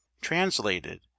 Translated